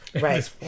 Right